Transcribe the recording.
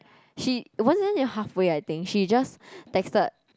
she wasn't even half way I think she just texted